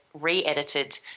re-edited